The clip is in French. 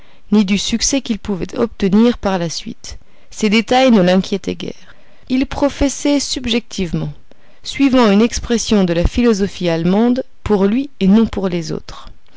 ni du succès qu'ils pouvaient obtenir par la suite ces détails ne l'inquiétaient guère il professait subjectivement suivant une expression de la philosophie allemande pour lui et non pour les autres